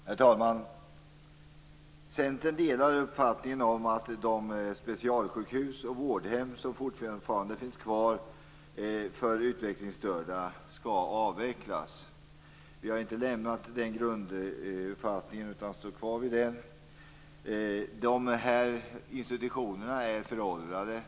Herr talman! Centern delar uppfattningen att de specialsjukhus och vårdhem som fortfarande finns kvar för utvecklingsstörda skall avvecklas. Vi har inte lämnat den grunduppfattningen utan står kvar vid den. De här institutionerna är föråldrade.